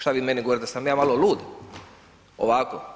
Šta vi meni govorite da sam ja malo lud, ovako